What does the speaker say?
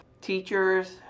teachers